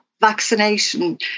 vaccination